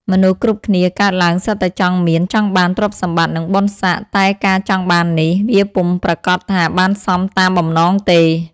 មនុស្សគ្រប់គ្នាកើតឡើងសុទ្ធតែចង់មាន ចង់បានទ្រព្យសម្បត្តិ និងបុណ្យស័ក្តិ តែការចង់បាននេះ វាពុំប្រាកដថាបានសមតាមបំណងទេ។